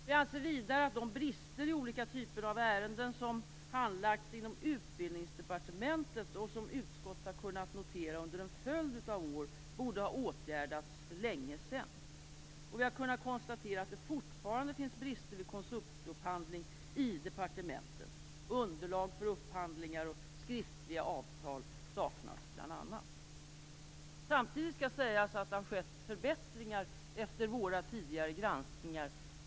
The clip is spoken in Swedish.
Vi anser vidare att de brister i olika typer av ärenden som handlagts inom Utbildningsdepartementet, och som utskottet har kunnat notera under en följd av år, borde ha åtgärdats för länge sedan. Vi har kunnat konstatera att det fortfarande finns brister vid konsultupphandling i departementen. Underlag för upphandlingar och skriftliga avtal saknas bl.a. Samtidigt skall sägas att det har skett förbättringar efter våra tidigare granskningar.